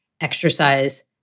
exercise